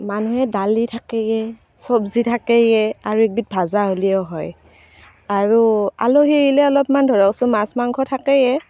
মানুহে দালি থাকে চবজি থাকে আৰু এক বিধ ভাজা হ'লেও হয় আৰু আলহী আহিলে অলপমান ধৰকচোন মাছ মাংস থাকেই